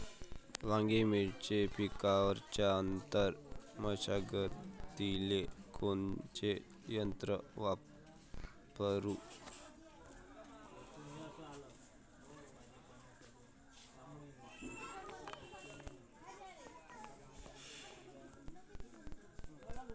वांगे, मिरची या पिकाच्या आंतर मशागतीले कोनचे यंत्र वापरू?